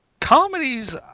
comedies